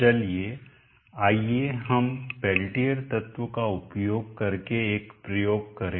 चलिए आइए हम पेल्टियर तत्व का उपयोग करके एक प्रयोग करें